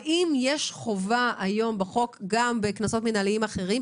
האם יש חובה היום בחוק גם בקנסות מנהליים אחרים,